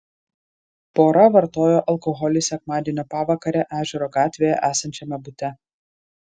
pora vartojo alkoholį sekmadienio pavakarę ežero gatvėje esančiame bute